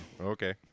Okay